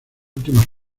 últimas